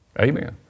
Amen